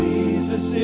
Jesus